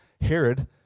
Herod